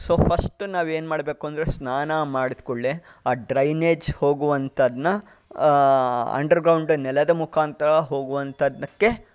so first ನಾವು ಏನು ಮಾಡಬೇಕು ಅಂದರೆ ಸ್ನಾನ ಮಾಡಿದ ಕುಳ್ಳೆ ಆ ಡ್ರೈನೇಜ್ ಹೋಗುವಂಥದನ್ನ ಅಂಡ್ರ್ಗ್ರೌಂಡ್ ನೆಲದ ಮುಖಾಂತರ ಹೋಗುವಂಥದಕ್ಕೆ